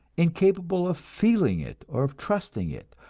incapable of feeling it or of trusting it,